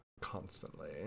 constantly